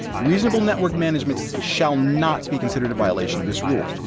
reasonable network management shall not be considered a violation of this rule.